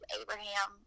abraham